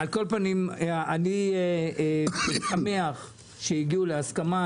אני שמח שהגיעו להסכמה,